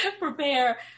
Prepare